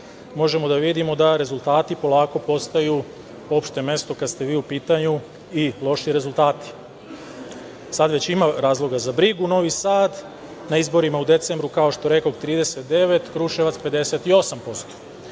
možemo da vidimo da rezultati polako postaju opšte mesto kada ste vi u pitanju i loši rezultati. Sada već ima razloga za brigu. Novi Sad na izborima u decembru, kao što rekoh 39%, Kruševac 58%.